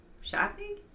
shopping